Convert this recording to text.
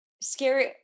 Scary